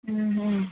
ಹ್ಞೂ ಹ್ಞೂ